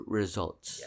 results